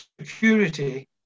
security